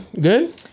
Good